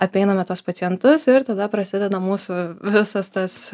apeiname tuos pacientus ir tada prasideda mūsų visas tas